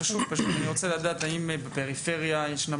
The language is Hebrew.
אני פשוט רוצה לדעת האם בפריפריה ישנם